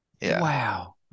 Wow